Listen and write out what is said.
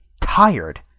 tired